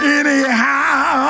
anyhow